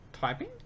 Typing